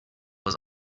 was